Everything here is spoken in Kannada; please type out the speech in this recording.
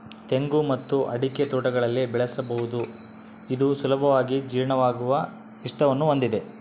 ತೆಂಗು ಮತ್ತು ಅಡಿಕೆ ತೋಟಗಳಲ್ಲಿ ಬೆಳೆಸಬಹುದು ಇದು ಸುಲಭವಾಗಿ ಜೀರ್ಣವಾಗುವ ಪಿಷ್ಟವನ್ನು ಹೊಂದಿದೆ